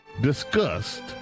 discussed